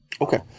Okay